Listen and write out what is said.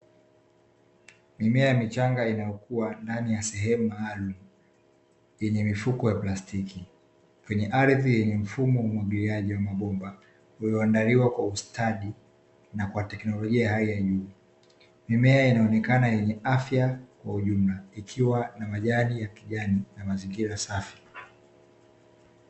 Mimea michanga inayokuwa ndani sehemu maalumu yenye mifuko ya plastiki kwenye ardhi yenye mfumo wa umwagiliaji wa mabomba, ulioandaliwa kwa ustadi na teknolojia ya hali ya juu. Mimea inaonekana yenye afya kwa ujumla ikiwa na majani ya kijani na mazingira safi.